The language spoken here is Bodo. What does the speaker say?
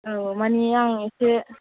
औ मानि आं एसे